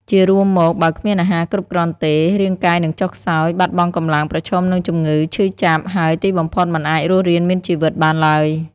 ជារួមមក បើគ្មានអាហារគ្រប់គ្រាន់ទេ រាងកាយនឹងចុះខ្សោយ បាត់បង់កម្លាំង ប្រឈមនឹងជំងឺ ឈឺចាប់ ហើយទីបំផុតមិនអាចរស់រានមានជីវិតបានឡើយ។